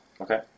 Okay